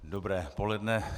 Dobré poledne.